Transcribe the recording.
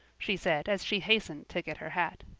she said as she hastened to get her hat.